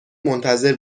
منتظر